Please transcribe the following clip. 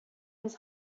his